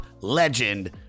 legend